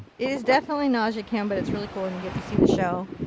it is definitely nausea cam, but it's really cool and you get to see the show.